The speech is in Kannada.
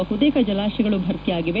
ಬಹುತೇಕ ಜಲಾಶಯಗಳು ಭರ್ತಿಯಾಗಿವೆ